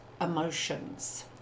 emotions